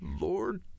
Lord